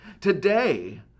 Today